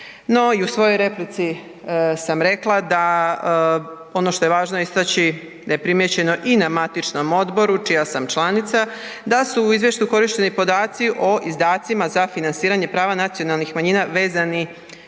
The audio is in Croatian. u svojoj replici sam rekla da ono što je važno istaći, da je primijećeno i na matičnom odboru, čija sam članica, da su u izvještaju korišteni podaci o izdacima sa financiranje prava nacionalnih manjina vezani